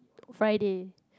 Friday